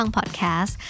Podcast